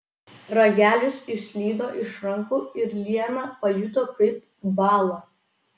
ragelis išslydo iš rankų ir liana pajuto kaip bąla